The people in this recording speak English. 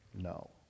no